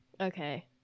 Okay